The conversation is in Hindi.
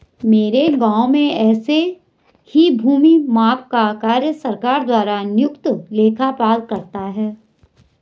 मेरे गांव में ऐसे ही भूमि माप का कार्य सरकार द्वारा नियुक्त लेखपाल करता है